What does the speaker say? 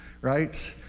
right